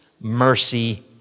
mercy